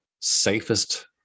safest